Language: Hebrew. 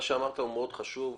מה שאמרת הוא מאוד חשוב,